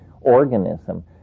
organism